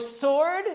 sword